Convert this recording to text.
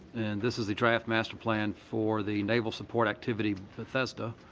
this is the draft master plan for the naval support activity bethesda.